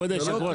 כבוד היושב ראש,